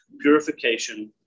purification